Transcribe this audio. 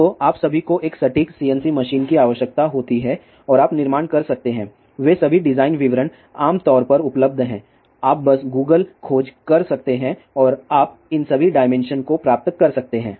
तो आप सभी को एक सटीक CNC मशीन की आवश्यकता होती है और आप निर्माण कर सकते हैं वे सभी डिज़ाइन विवरण आमतौर पर उपलब्ध हैं आप बस Google खोज कर सकते हैं और आप इन सभी डायमेंशन को प्राप्त कर सकते हैं